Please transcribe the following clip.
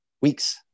Weeks